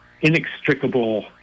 inextricable